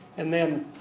and then